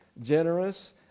generous